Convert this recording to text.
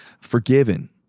Forgiven